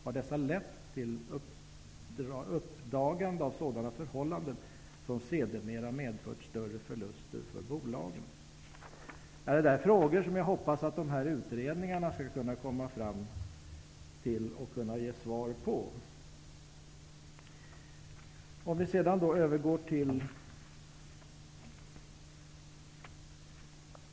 Har dessa lett till uppdagande av sådana förhållanden som sedermera medfört större förluster för bolagen? Det här är frågor som jag hoppas att de aktuella utredningarna skall kunna ge svar på.